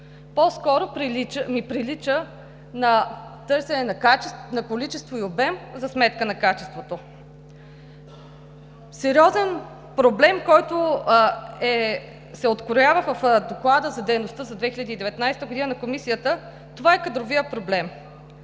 По-скоро ми прилича на търсене на количество и обем за сметка на качеството. Сериозен проблем, който се откроява в Доклада за дейността за 2019 г. на Комисията, е кадровият проблем.